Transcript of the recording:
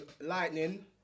Lightning